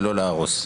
ולא להרוס.